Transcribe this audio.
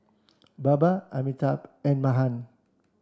Baba Amitabh and Mahan